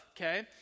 Okay